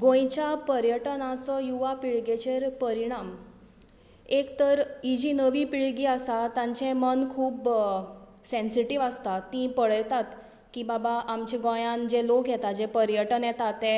गोंयच्या पर्यटनाचो युवा पिळगेचेर परिणाम एक तर ही जी नवी पिळगी आसा तांचें मन खूब सेन्सीटीव आसता तीं पळयतात की बाबा आमच्या गोंयान जे लोक येता पर्यटन येता ते